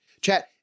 chat